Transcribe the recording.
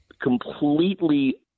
completely